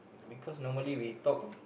because normally we talk a